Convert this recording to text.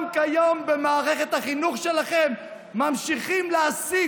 גם כיום במערכת החינוך שלכם ממשיכים להסית